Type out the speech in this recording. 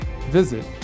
Visit